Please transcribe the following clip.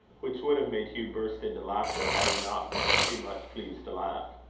which would have made hugh burst into laughter, had he not been too much pleased to laugh.